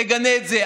תגנה את זה.